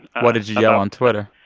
what did you yell on twitter?